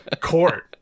court